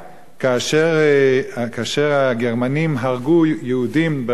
כאשר הגרמנים הרגו יהודים ברחוב